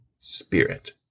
Spirit